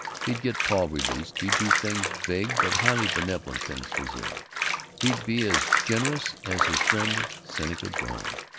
he'd get paul released he'd do things, vague but highly benevolent things, for zilla he'd be as generous as his friend seneca doane.